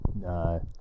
No